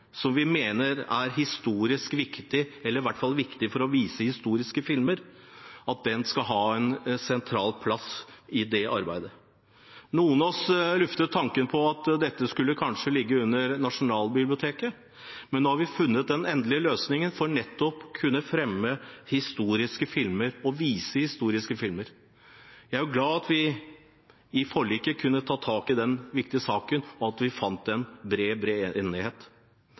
mener er historisk viktig – eller i hvert fall viktig for å vise historiske filmer – og at det skal ha en sentral plass i det arbeidet. Noen av oss luftet tanken om at dette kanskje skulle ligge under Nasjonalbiblioteket, men nå har vi funnet den endelige løsningen for nettopp å kunne fremme historiske filmer og vise historiske filmer. Jeg er glad for at vi i forliket kunne ta tak i den viktige saken, og at vi fant fram til en bred enighet.